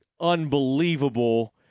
unbelievable